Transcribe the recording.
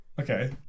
Okay